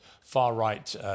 far-right